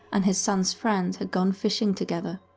and his son's friend had gone fishing together.